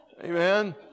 Amen